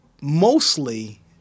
mostly